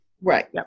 Right